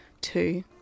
Two